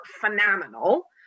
phenomenal